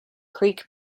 creek